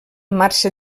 marxa